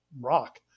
rock